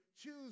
choose